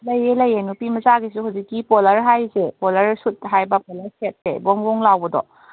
ꯂꯩꯌꯦ ꯂꯩꯌꯦ ꯅꯨꯄꯤ ꯃꯆꯥꯒꯤꯁꯨ ꯍꯧꯖꯤꯛꯀꯤ ꯄꯣꯂꯔ ꯍꯥꯏꯔꯤꯁꯦ ꯄꯣꯂꯔ ꯁꯨꯠ ꯍꯥꯏꯕ ꯄꯣꯂꯔ ꯁꯦꯠꯁꯦ ꯒꯣꯡ ꯒꯣꯡ ꯂꯥꯎꯕꯗꯣ